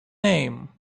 name